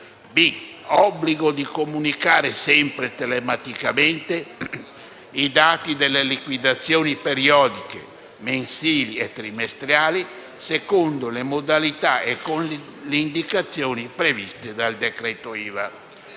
l'obbligo di comunicare, sempre telematicamente, i dati delle liquidazioni periodiche, mensili e trimestrali, secondo le modalità e con le indicazioni previste dal decreto IVA.